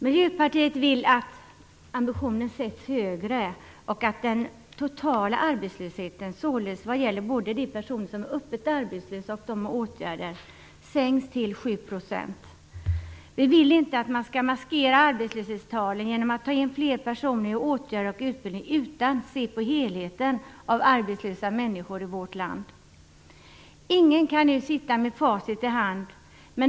Miljöpartiet vill att ambitionen sätts högre och att den totala arbetslösheten - det gäller alltså både de personer som är öppet arbetslösa och de personer som finns i åtgärder - sänks till 7 %. Vi vill inte att man skall maskera arbetslöshetstalen genom att ta in fler personer i åtgärder och utbildning, utan man skall se på helheten när det gäller arbetslösa människor i vårt land. Ingen kan nu sitta med facit i hand.